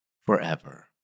forever